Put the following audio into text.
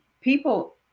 people